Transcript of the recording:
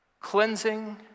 cleansing